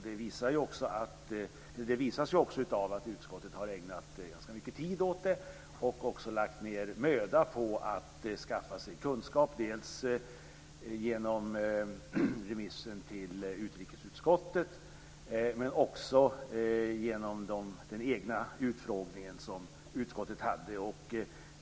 Det visar sig också av att utskottet har ägnat ganska mycket tid åt det och också lagt ned möda på att skaffa sig kunskap dels genom remissen till utrikesutskottet, dels genom den egna utfrågning som utskottet hade.